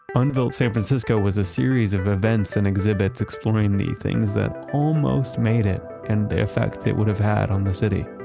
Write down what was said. unveiled san francisco was a series of events and exhibits to explain the things that almost made it and the effect it would have had on the city.